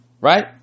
right